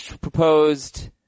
proposed –